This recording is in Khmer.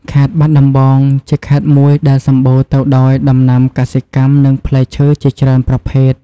ខេត្តបាត់ដំបង ជាខេត្តមួយដែលសំបូរទៅដោយដំណាំកសិកម្មនិងផ្លែឈើជាច្រើនប្រភេទ។